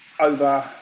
over